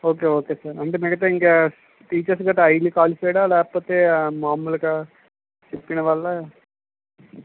okay okay sir అంటే మిగతా ఇంకా టీచర్స్ గట్టా హైలీ క్వాలిఫైడ్ లేకపోతే మాములుగా చెప్పినవాళ్ళ